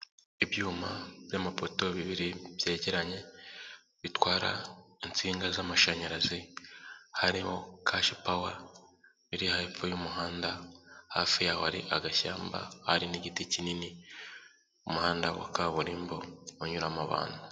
Ibyuma by'amapoto bibiri byegeranye bitwara insinga z'amashanyarazi hariho kashipawa, biri hepfo y'umuhanda hafi yawo hari agashyamba, hari n'igiti kinini, umuhanda wa kaburimbo unyuramo abantu.